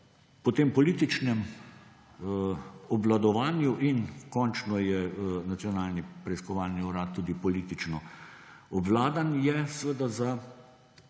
po tem političnem obvladovanju, in končno je Nacionalni preiskovalni urad tudi politično obvladan, je seveda za